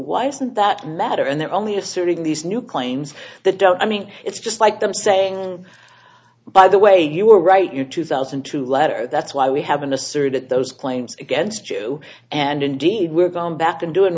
why isn't that matter and there only asserting these new claims that don't i mean it's just like them saying by the way you were right you two thousand two letter that's why we haven't asserted those claims against you and indeed we're going back to doing